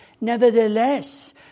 nevertheless